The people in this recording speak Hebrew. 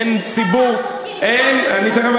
אין ציבור, אני דיברתי על חוקים גזעניים.